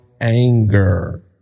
anger